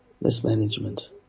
mismanagement